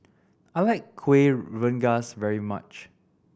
I like Kuih Rengas very much